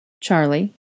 Charlie